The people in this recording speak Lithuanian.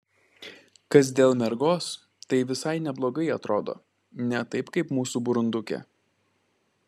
kas dėl mergos tai visai neblogai atrodo ne taip kaip mūsų burundukė